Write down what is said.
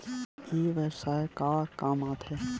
ई व्यवसाय का काम आथे?